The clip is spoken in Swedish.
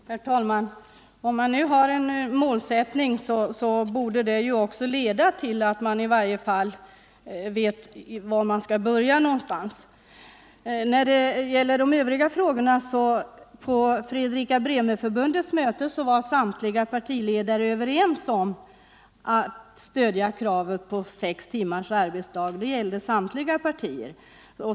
Herr talman! Om man nu har en målsättning borde man i alla fall ha en plan för hur man skall börja. På Fredrika-Bremer-förbundets möte var samtliga partiledare överens om att stödja kravet på sex timmars arbetsdag.